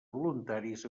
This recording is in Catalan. voluntaris